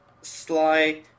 sly